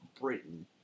Britain